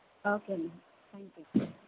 okay నండి thank you